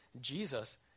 Jesus